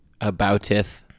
abouteth